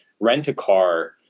Rent-A-Car